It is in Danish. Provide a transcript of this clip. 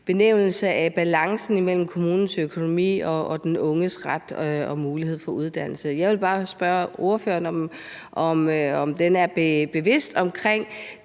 nævnte balancen imellem kommunens økonomi og den unges ret til og mulighed for uddannelse. Jeg vil bare spørge ordføreren, om han er bevidst om